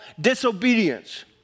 disobedience